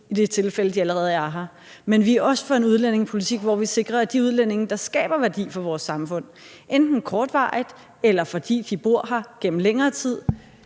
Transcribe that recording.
i det tilfælde at de allerede er her. Men vi er også for en udlændingepolitik, hvor vi sikrer, at de udlændinge, der skaber værdi for vores samfund, enten kortvarigt, eller fordi de bor her gennem længere tid,